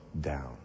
down